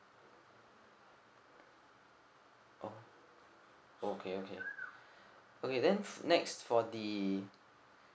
oh okay okay okay then next for the